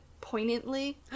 poignantly